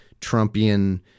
Trumpian